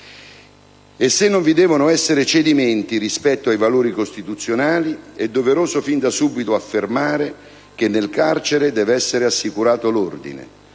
E se non vi devono essere cedimenti rispetto ai valori costituzionali, è doveroso fin da subito affermare che nel carcere deve essere assicurato l'ordine,